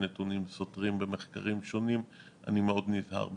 מאחר שיש נתונים סותרים במחקרים שונים אני מאוד נזהר באמירתי.